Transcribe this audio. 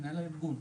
מנהל הארגון.